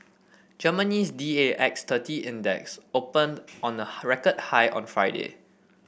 Germany's D A X thirty Index opened on a record high on Friday